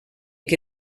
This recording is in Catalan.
que